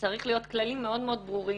שצריך להיות כללים מאוד מאוד ברורים,